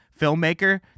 filmmaker